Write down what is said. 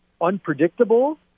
unpredictable